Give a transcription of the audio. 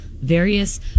various